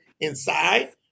inside